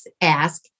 ask